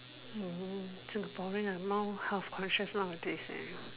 Singaporean ah more health conscious nowadays eh